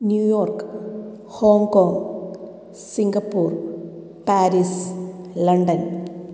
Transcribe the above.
New York Hong Kong Singapore Paris London